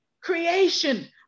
Creation